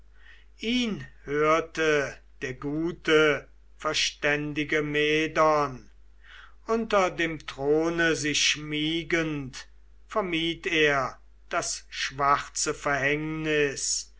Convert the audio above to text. ihn hörte der gute verständige medon unter dem throne sich schmiegend vermied er das schwarze verhängnis